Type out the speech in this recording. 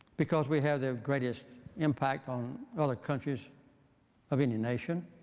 because we have the greatest impact on other countries of any nation.